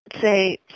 say